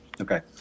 Okay